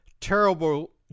terrible